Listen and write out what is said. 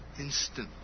instantly